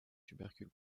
tubercule